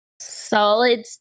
Solid